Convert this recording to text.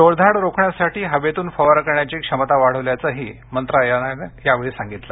टोळधाड रोखण्यासाठी हवेतून फवारा करण्याची क्षमता वाढवल्याचंही मंत्रालयानं यावेळी सांगितलं